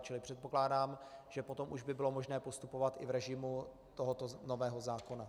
Čili předpokládám, že potom už by bylo možné postupovat i v režimu tohoto nového zákona.